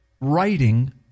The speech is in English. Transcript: writing